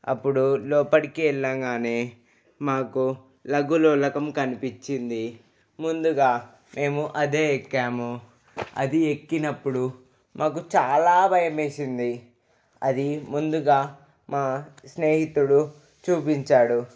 అప్పుడు లోపలికి వెళ్ళంగానే మాకు లగులోలకం కనిపించింది ముందుగా మేము అదే ఎక్కాము అది ఎక్కినప్పుడు మాకు చాలా భయమేసింది అది ముందుగా మా స్నేహితుడు చూపించాడు